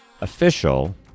official